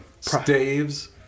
staves